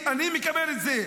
אני מקבל את זה,